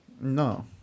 No